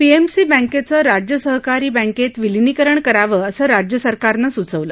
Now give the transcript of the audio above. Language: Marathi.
पीएमसी बँकेचं राज्य सहकारी बँकेत विलिनीकरण करावं असं आज राज्य सरकारनं सूचवलं